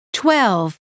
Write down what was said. twelve